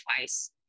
twice